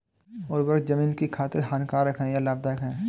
उर्वरक ज़मीन की खातिर हानिकारक है या लाभदायक है?